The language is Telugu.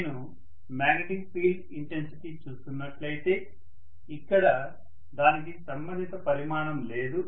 నేను మాగ్నెటిక్ ఫీల్డ్ ఇంటెన్సిటి చూస్తున్నట్లయితే ఇక్కడ దానికి సంబంధిత పరిమాణం లేదు